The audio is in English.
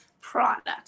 product